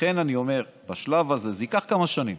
לכן אני אומר: בשלב הזה, זה ייקח כמה שנים,